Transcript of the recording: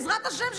בעזרת השם,